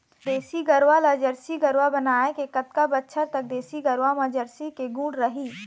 देसी गरवा ला जरसी गरवा बनाए ले कतका बछर तक देसी गरवा मा जरसी के गुण रही?